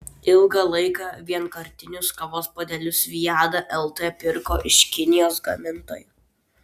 ilgą laiką vienkartinius kavos puodelius viada lt pirko iš kinijos gamintojų